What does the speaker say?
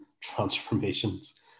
transformations